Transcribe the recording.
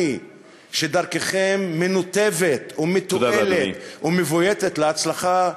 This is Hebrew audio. שדרככם מנותבת ומתועלת ומבויתת להצלחה,